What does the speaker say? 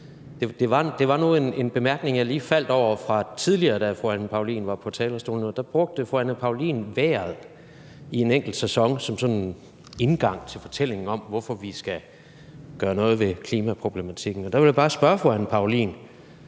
det var nu en bemærkning fra tidligere, hvor fru Anne Paulin var på talerstolen, jeg lige faldt over. Der brugte fru Anne Paulin vejret i en enkelt sæson som indgang til fortællingen om, hvorfor vi skal gøre noget ved klimaproblematikken. Derfor vil jeg bare spørge fru Anne Paulin: